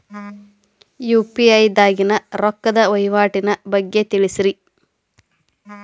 UPI ದಾಗಿನ ರೊಕ್ಕದ ವಹಿವಾಟಿನ ಬಗ್ಗೆ ತಿಳಸ್ರಿ